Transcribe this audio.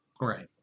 Right